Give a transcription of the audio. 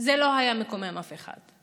זה לא היה מקומם אף אחד.